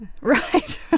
Right